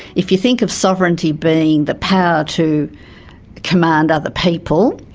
if you think of sovereignty being the power to command other people,